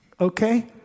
Okay